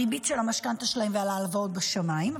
הריבית של המשכנתה שלהם וההלוואות בשמיים,